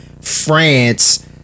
France